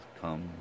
come